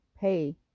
pay